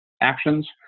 actions